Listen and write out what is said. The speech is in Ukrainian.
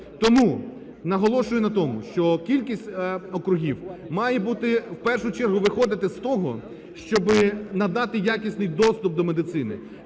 Тому наголошую на тому, що кількість округів має бути в першу чергу виходити з того, щоб надати якісний доступ до медицини.